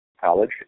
College